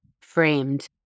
framed